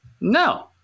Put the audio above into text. No